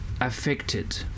affected